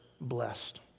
blessed